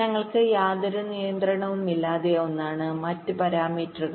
ഞങ്ങൾക്ക് യാതൊരു നിയന്ത്രണവുമില്ലാത്ത ഒന്നാണ് മറ്റ് പാരാമീറ്ററുകൾ